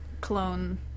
Clone